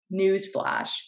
newsflash